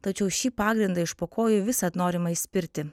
tačiau šį pagrindą iš po kojų visad norima išspirti